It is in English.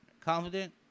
confident